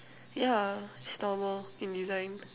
ya it's normal in design